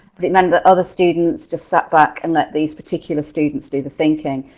but it meant that other students just sat back and let these particular students do the thinking.